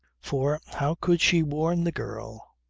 for how could she warn the girl?